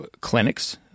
clinics